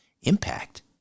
impact